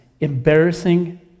embarrassing